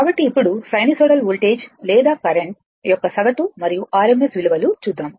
కాబట్టి ఇప్పుడు sinusoidal voltage లేదా కరెంట్ యొక్క సగటు మరియు RMS విలువలు చూద్దాము